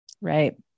right